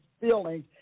feelings